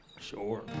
Sure